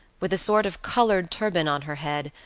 with a sort of colored turban on her head,